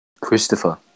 Christopher